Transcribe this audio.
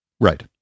Right